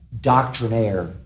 doctrinaire